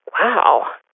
wow